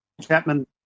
Chapman